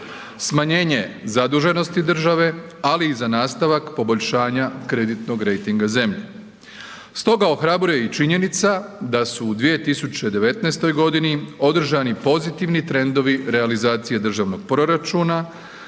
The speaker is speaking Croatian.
smanjenje zaduženosti države, ali i za nastavak poboljšanja kreditnog rejtinga zemlje. Stoga ohrabruje i činjenica da su u 2019. godini održani pozitivni trendovi realizacije državnog proračuna